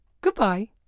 Goodbye